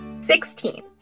Sixteen